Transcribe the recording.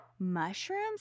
mushrooms